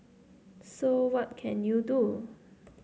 so what can you do